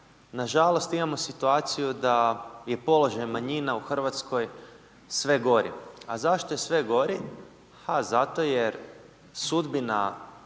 nažalost imamo situaciju da je položaj manjina u Hrvatskoj sve gori. A zašto je sve gori? Ha zato jer sudbina